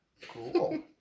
Cool